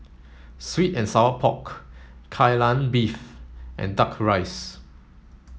sweet and sour pork Kai Lan Beef and duck rice